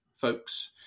folks